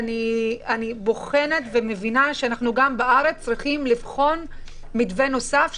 אני בוחנת ומבינה שגם בארץ אנחנו צריכים לבחון מתווה נוסף,